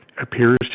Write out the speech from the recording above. appears